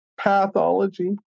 pathology